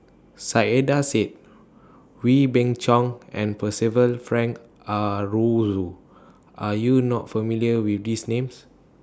Saiedah Said Wee Beng Chong and Percival Frank Aroozoo Are YOU not familiar with These Names